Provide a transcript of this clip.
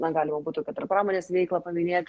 na galima būtų kad ir pramonės veiklą paminėt